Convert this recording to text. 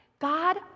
God